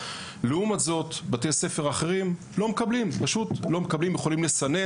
לעומת בתי ספר אחרים שיכולים לסנן ופשוט לא מקבלים.